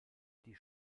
die